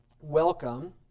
welcome